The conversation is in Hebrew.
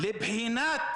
נותן לכם